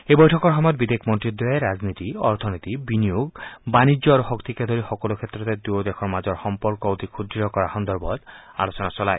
এই বৈঠকৰ সময়ত বিদেশমন্ত্ৰীদ্বয়ে ৰাজনীতি অৰ্থনীতি বিনিয়োগ বাণিজ্য আৰু শক্তিকে ধৰি সকলো ক্ষেত্ৰতে দুয়ো দেশৰ মাজৰ সম্পৰ্ক অধিক সুদৃঢ় কৰাৰ সন্দৰ্ভত আলোচনা চলায়